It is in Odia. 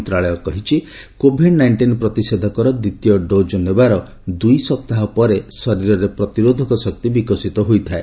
ମନ୍ତ୍ରଣାଳୟ କହିଛି କୋଭିଡ୍ ନାଇଷ୍ଟିନ୍ ପ୍ରତିଷେଧକର ଦ୍ୱିତୀୟ ଡୋଜ୍ ନେବାର ଦୁଇ ସପ୍ତାହ ପରେ ଶରୀରରେ ପ୍ରତିରୋଧକ ଶକ୍ତି ବିକଶିତ ହୋଇଥାଏ